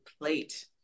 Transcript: plate